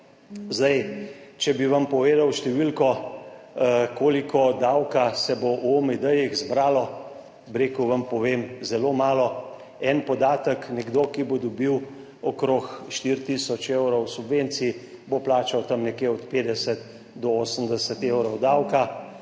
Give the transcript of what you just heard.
Zdaj, če bi vam povedal številko, koliko davka se bo v OMD zbralo, bi rekel, vam povem zelo malo. En podatek, nekdo, ki bo dobil okrog 4 tisoč evrov subvencij bo plačal tam nekje od 50 do 80 evrov davka.